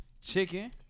chicken